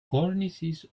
cornices